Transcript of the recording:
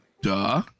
duh